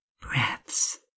breaths